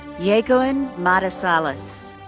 yakelin mata salas.